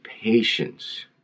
patience